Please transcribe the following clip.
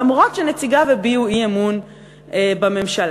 אף שנציגיו הביעו אי-אמון בממשלה.